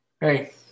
Hey